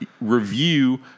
Review